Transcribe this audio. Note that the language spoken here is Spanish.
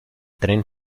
tren